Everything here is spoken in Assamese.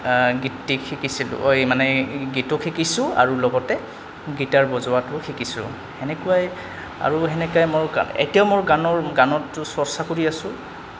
গীতটি শিকিছিলোঁ মানে গীত শিকিছোঁ আৰু লগতে গীটাৰ বজোৱাটো শিকিছোঁ সেনেকুৱাই আৰু সেনেকাই মোৰ এতিয়াও মোৰ গানৰ গানত চৰ্চা কৰি আছোঁ